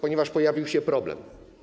Ponieważ pojawił się problem.